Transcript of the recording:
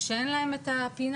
שאין להן פינה,